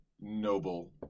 noble